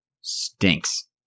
stinks